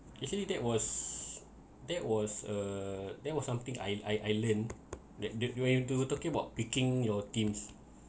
actually that was that was uh that was something I I I learned that that when you to talking about picking your teams